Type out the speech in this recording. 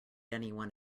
anyone